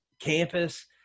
campus